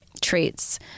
traits